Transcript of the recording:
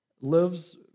Lives